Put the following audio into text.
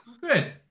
good